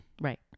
Right